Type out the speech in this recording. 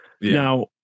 Now